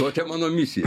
tokia mano misija